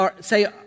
say